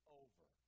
over